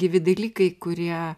gyvi dalykai kurie